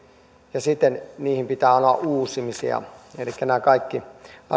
ja siten niihin pitää anoa uusimisia elikkä nämä kaikki